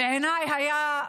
בעיניי היה,